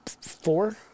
Four